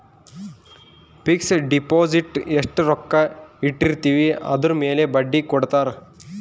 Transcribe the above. fix deposit ಎಸ್ಟ ರೊಕ್ಕ ಇಟ್ಟಿರ್ತಿವಿ ಅದುರ್ ಮೇಲೆ ಬಡ್ಡಿ ಕೊಡತಾರ